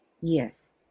Yes